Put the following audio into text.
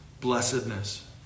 blessedness